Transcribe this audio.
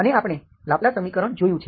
અને આપણે લાપ્લાસ સમીકરણ જોયું છે